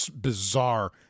bizarre